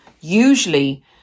usually